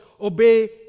obey